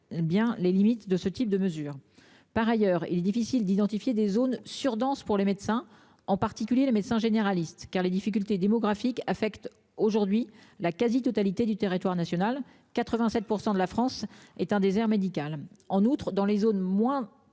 Bien les limites de ce type de mesure. Par ailleurs, il est difficile d'identifier des zones sur-denses pour les médecins, en particulier les médecins généralistes car les difficultés démographiques affectent aujourd'hui la quasi-totalité du territoire national, 87% de la France est un désert médical. En outre, dans les zones moins